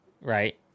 right